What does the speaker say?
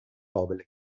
قابل